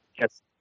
Yes